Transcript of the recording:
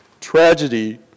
Tragedy